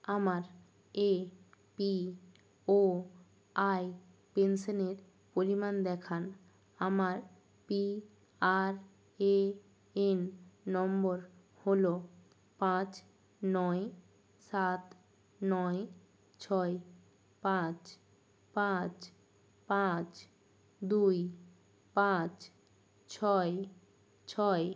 আমার A P O I পেনশানের পরিমাণ দেখান আমার P R A N number হলো পাঁচ নয় সাত নয় ছয় পাঁচ পাঁচ পাঁচ দুই পাঁচ ছয় ছয়